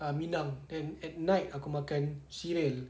ah minang then at night aku makan cereal